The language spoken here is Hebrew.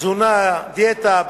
תזונה, דיאטה.